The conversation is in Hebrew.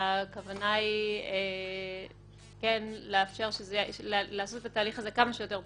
שהכוונה היא כן לעשות את התהליך הזה כמה שיותר פשוט,